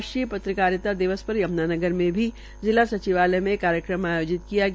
राष्ट्रीय पत्रकारिता दिवस पर यमुनानगर में भी जिला संचिवालय में कार्यक्रम आयोजित किया गया